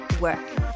work